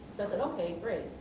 i said, okay great.